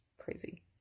crazy